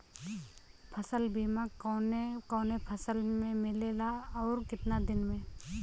फ़सल बीमा कवने कवने फसल में मिलेला अउर कितना दिन में?